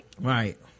Right